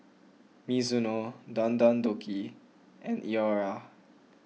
Mizuno Don Don Donki and Iora